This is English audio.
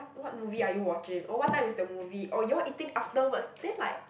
what movie are you watching or what time is the movie or you all eating afterwards then like